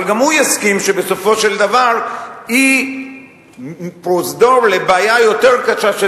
אבל גם הוא יסכים שבסופו של דבר היא פרוזדור לבעיה יותר קשה,